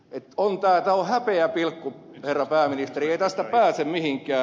tämä on häpeäpilkku herra pääministeri ei tästä pääse mihinkään